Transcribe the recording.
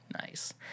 Nice